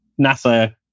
NASA